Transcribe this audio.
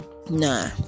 Nah